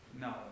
No